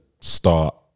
start